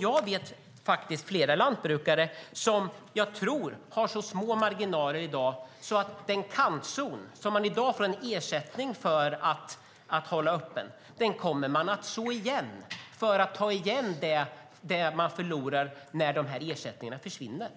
Jag vet att flera lantbrukare som i dag har så små marginaler att den kantzon som de får ersättning för att hålla öppen kommer att sås igen för att ta igen det som man förlorar när ersättningarna försvinner.